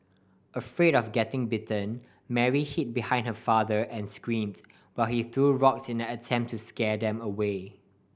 afraid of getting bitten Mary hid behind her father and screamed while he threw rocks in an attempt to scare them away